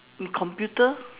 computer